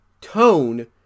tone